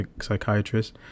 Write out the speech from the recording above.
psychiatrist